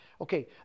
Okay